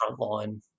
frontline